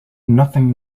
nothing